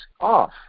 off